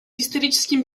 историческим